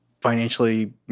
financially